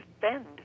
defend